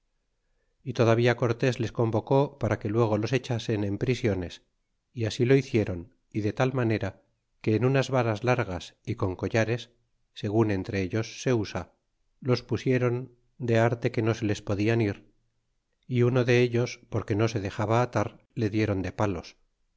y todavía cortés les convocó para que luego los echasen en prisiones y así lo hicieron y de tal manera que en unas varas largas y con collares segun entre ellos se usa los pusidron de arte que no se les podian ir é uno dellos porque no se dexaba atar le dieron de palos